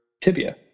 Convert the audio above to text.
tibia